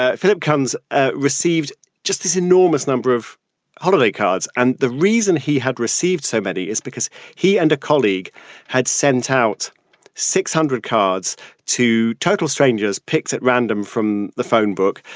ah philip cums ah received just this enormous number of holiday cards. and the reason he had received so many is because he and a colleague had sent out six hundred cards to total strangers picked at random from the phone book,